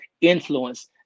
influence